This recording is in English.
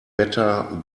better